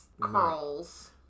curls